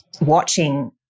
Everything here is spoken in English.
watching